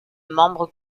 membres